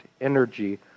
energy